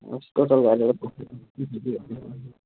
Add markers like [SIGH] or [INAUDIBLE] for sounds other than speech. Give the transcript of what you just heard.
total गरेर [UNINTELLIGIBLE]